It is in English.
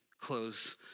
close